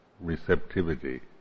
receptivity